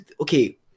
Okay